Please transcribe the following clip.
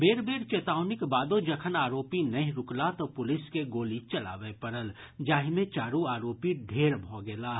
बेर बेर चेतावनीक बादो जखन आरोपी नहि रूकला तऽ पुलिस के गोली चलाबय पड़ल जाहि मे चारू आरोपी ढेर भऽ गेलाह